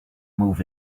move